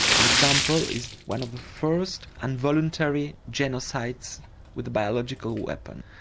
an example is one of the first involuntary genocides with a biological weapon.